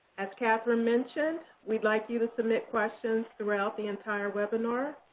as kathryn mentioned, we'd like you to submit questions throughout the entire webinar.